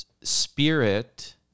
spirit